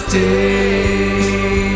day